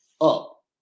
up